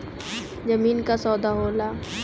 जमीन क सौदा होला